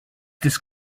this